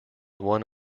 one